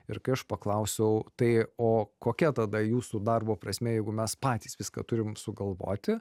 ir kai aš paklausiau tai o kokia tada jūsų darbo prasmė jeigu mes patys viską turim sugalvoti